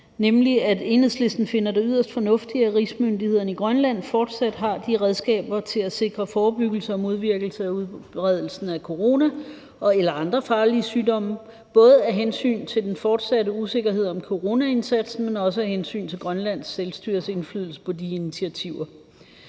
nemlig at Enhedslisten finder det yderst fornuftigt, at rigsmyndighederne i Grønland fortsat har de redskaber til at sikre forebyggelse og modvirkning af udbredelsen af corona og andre farlige sygdomme – både af hensyn til den fortsatte usikkerhed om coronaindsatsen, men også af hensyn til Grønlands Selvstyres indflydelse på de initiativer.